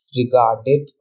regarded